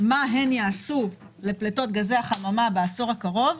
מה הן יעשו לפליטות גזי החממה בעשור הקרוב,